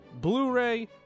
Blu-ray